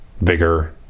vigor